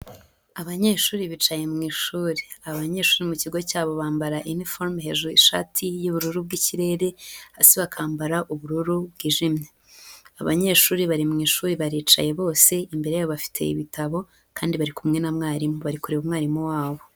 Abanyeshuri bicaye mu ishuri. Abanyeshuri mu kigo cyabo bambara iniforume hejuru ishati y'ubururu bw'ikirere, hasi bakambara ubururu bwijimye. Abanyeshuri bari mu ishuri baricaye bose, imbere yabo bafite ibitabo kandi bari kumwe na mwarimu. Bari kureba umwarimu wabo.